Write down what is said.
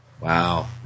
Wow